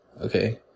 okay